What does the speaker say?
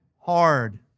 hard